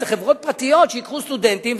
איזה חברות פרטיות שייקחו סטודנטים,